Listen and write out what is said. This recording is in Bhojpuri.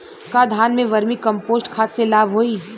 का धान में वर्मी कंपोस्ट खाद से लाभ होई?